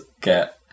get